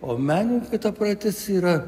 o menininkui ta praeitis yra